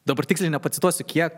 dabar tiksliai nepacituosiu kiek